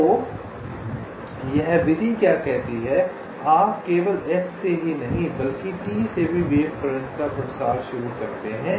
तो यह विधि क्या कहती है आप केवल S से ही नहीं बल्कि T से भी वेव फ्रंट का प्रसार शुरू करते हैं